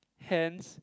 hands